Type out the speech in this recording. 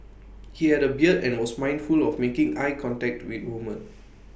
he had A beard and was mindful of making eye contact with woman